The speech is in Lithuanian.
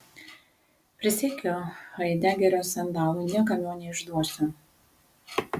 prisiekiu haidegerio sandalu niekam jo neišduosiu